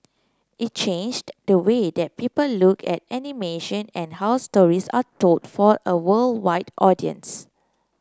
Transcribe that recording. it changed the way that people look at animation and how stories are told for a worldwide audience